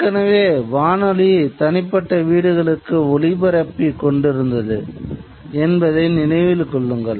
ஏற்கனவே வானொலி தனிப்பட்ட வீடுகளுக்கு ஒலிப்பரப்பி கொண்டிருந்தது என்பதை நினைவில் கொள்ளுங்கள்